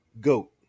GOAT